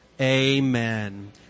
amen